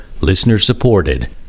listener-supported